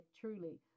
truly